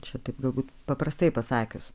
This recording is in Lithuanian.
čia taip galbūt paprastai pasakius